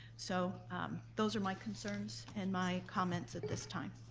so those are my concerns and my comments at this time.